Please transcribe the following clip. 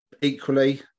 Equally